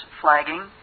flagging